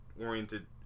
oriented